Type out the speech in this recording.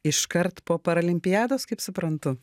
iškart po parolimpiados kaip suprantu